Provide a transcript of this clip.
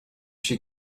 she